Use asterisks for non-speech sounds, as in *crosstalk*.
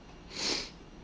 *noise*